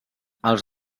els